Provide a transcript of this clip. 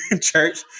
church